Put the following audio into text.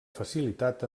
facilitat